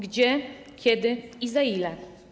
Gdzie, kiedy i za ile?